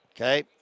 Okay